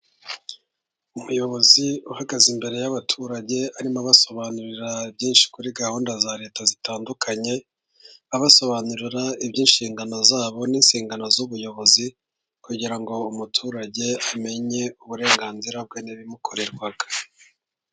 Umuyobozi uhagaze imbere y'abaturage, arimo abasobanurira byinshi kuri gahunda za Leta zitandukanye, abasobanurira iby'inshingano zabo n'inshingano z'ubuyobozi, kugira ngo umuturage amenye uburenganzira bwe n'ibimukorerwa.